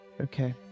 Okay